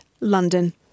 London